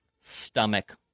stomach